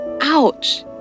Ouch